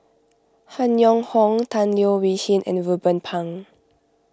Han Yong Hong Tan Leo Wee Hin and Ruben Pang